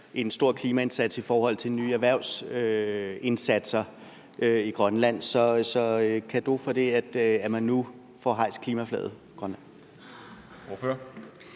en stor klimaindsats i forhold til nye erhvervsindsatser i Grønland. Så en cadeau til, at man nu får hejst klimaflaget i Grønland. Kl.